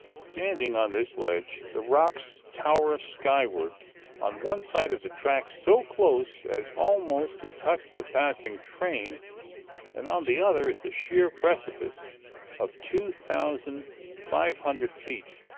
standing on this ledge, the rocks tower skyward on one side of the track so close as almost to touch the passing train and on the other is a sheer precipice of two thousand five hundred feet,